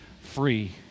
free